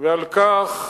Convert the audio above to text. ועל כך